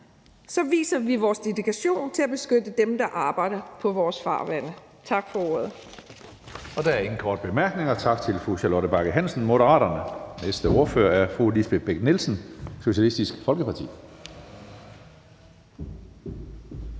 viser vi vores dedikation til at beskytte dem, der arbejder i vores farvande. Tak for ordet. Kl. 12:46 Tredje næstformand (Karsten Hønge): Der er ingen korte bemærkninger. Tak til fru Charlotte Bagge Hansen, Moderaterne. Den næste ordfører er fru Lisbeth Bech-Nielsen, Socialistisk Folkeparti.